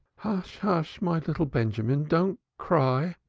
hush, hush, my little benjamin, don't cry,